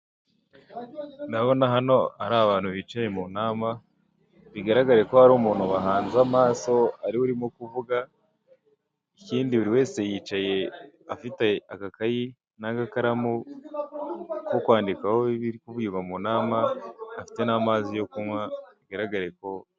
Ndabona hano hari abantu bicaye mu nama bigaragare ko hari umuntu bahanze amaso ariwe urimo kuvuga. Ikindi buri wese yicaye afite agakayi n'agakaramu ko kwandikaho ibiri kuvugirwa mu nama afite n'amazi yo kunywa bigaragare ko